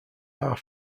are